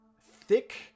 thick